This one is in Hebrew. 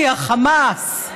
כי החמאס.